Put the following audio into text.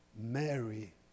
Mary